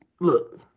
look